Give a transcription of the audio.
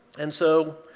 and so,